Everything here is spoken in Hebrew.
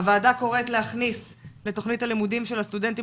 הוועדה קוראת להכניס לתוכנית הלימודים של הסטודנטים